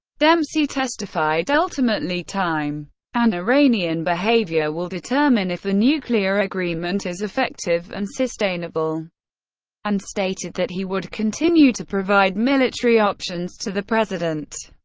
dempsey testified, ultimately, time and iranian behavior will determine if the nuclear agreement is effective and sustainable and stated that he would continue to provide military options to the president.